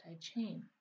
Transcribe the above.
chain